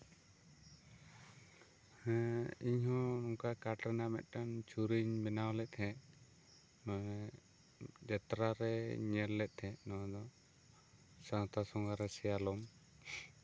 ᱦᱮᱸ ᱤᱧᱦᱚᱸ ᱱᱚᱝᱠᱟ ᱠᱟᱴᱷ ᱨᱮᱱᱟᱜ ᱢᱤᱫᱴᱟᱝ ᱪᱷᱩᱨᱤᱧ ᱵᱮᱱᱟᱣ ᱞᱮᱜ ᱛᱟᱦᱮᱸᱜ ᱮᱜ ᱡᱟᱛᱨᱟ ᱨᱮ ᱧᱮᱞ ᱞᱮᱜ ᱛᱟᱦᱮᱸᱜ ᱱᱚᱣᱟ ᱫᱚ ᱥᱟᱶᱛᱟ ᱥᱚᱸᱜᱷᱟᱨᱮ ᱥᱮᱭᱟᱞᱚᱢ